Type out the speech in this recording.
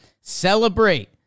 celebrate